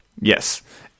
Yes